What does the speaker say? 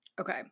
Okay